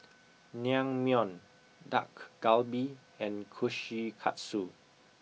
naengmyeon dak galbi and kushikatsu